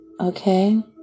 Okay